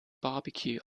barbecue